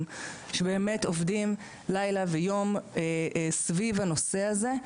שבאמת עובדים לילה ויום סביב הנושא הזה,